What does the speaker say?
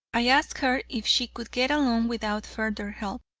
i asked her if she could get along without further help,